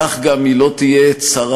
כך גם היא לא תהיה צרה,